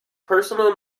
personal